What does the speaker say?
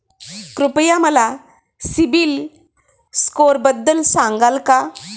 कृपया मला सीबील स्कोअरबद्दल सांगाल का?